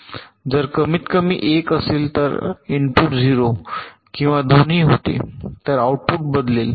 जर कमीतकमी एक असेल तर इनपुट 0 किंवा दोन्ही होते तर आउटपुट बदलेल